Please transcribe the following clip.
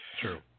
True